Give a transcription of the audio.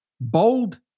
bold